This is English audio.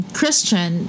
Christian